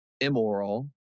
immoral